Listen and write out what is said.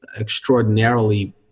extraordinarily